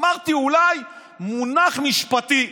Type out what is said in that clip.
אמרתי, אולי מונח משפטי.